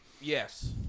Yes